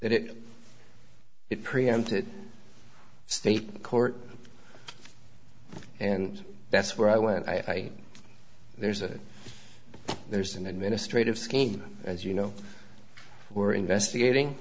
that it it preempted state court and that's where i went i there's a there's an administrative scheme as you know we're investigating